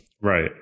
Right